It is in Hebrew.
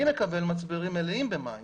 אני מקבל מצברים מלאים במים